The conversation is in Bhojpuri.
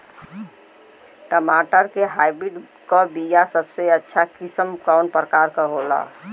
टमाटर के हाइब्रिड क बीया सबसे अच्छा किस्म कवन होला?